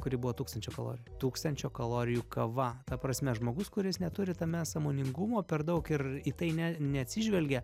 kuri buvo tūkstančio kalorijų tūkstančio kalorijų kava ta prasme žmogus kuris neturi tame sąmoningumo per daug ir į tai ne neatsižvelgia